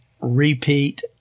repeat